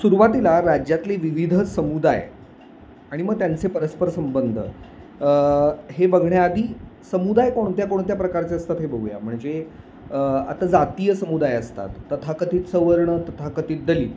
सुरुवातीला राज्यातली विविध समुदाय आणि मग त्यांचे परस्पर संबंध हे बघण्याआधी समुदाय कोणत्या कोणत्या प्रकारचे असतात हे बघूया म्हणजे आता जातीय समुदाय असतात तथाकथीत सवर्ण तथाकथीत दलित